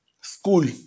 school